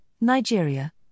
Nigeria